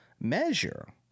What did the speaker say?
measure